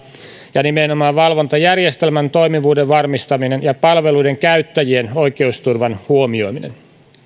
ja nimenomaan valvontajärjestelmän toimivuuden varmistaminen ja palveluiden käyttäjien oikeusturvan huomioiminen